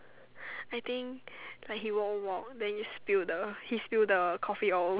I think like he walk walk then he spill the he spill the coffee all